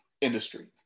industry